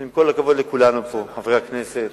עם כל הכבוד לכולנו פה, חברי הכנסת